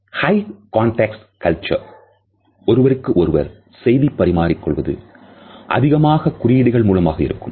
high context culture ல் ஒருவருக்கு ஒருவர் செய்தி பரிமாறிக்கொள்வது அதிகமாக குறியீடுகள் மூலமாக இருக்கும்